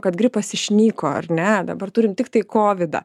kad gripas išnyko ar ne dabar turim tiktai kovidą